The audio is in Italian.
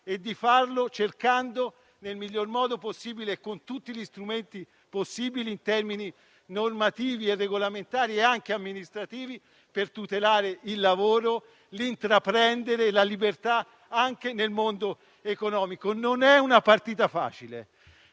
e di farlo nel miglior modo possibile e con tutti gli strumenti possibili, in termini normativi, regolamentari e amministrativi, per tutelare il lavoro, l'intraprendere e la libertà anche nel mondo economico. Non è una partita facile